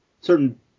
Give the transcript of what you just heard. certain